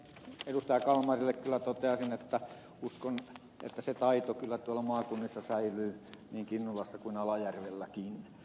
kalmarille kyllä toteaisin että uskon että se taito kyllä tuolla maakunnissa säilyy niin kinnulassa kuin alajärvelläkin